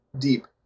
deep